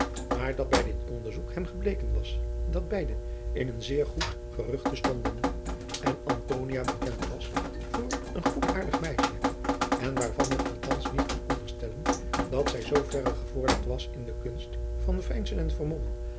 maar dat bij dit onderzoek hem gebleken was dat beide in een zeer goed geruchte stonden en antonia bekend was voor een goedaardig meisje en waarvan men althans niet kon onderstellen dat zij zooverre gevorderd was in de kunst van veinzen en